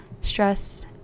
stress